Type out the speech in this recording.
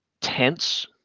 tense